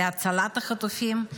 להצלת החטופים.